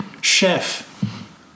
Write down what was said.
chef